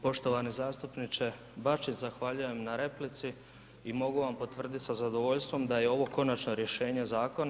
Poštovani zastupniče Bačić, zahvaljujem na replici i mogu vam potvrditi sa zadovoljstvom da je ovo konačno rješenje zakona.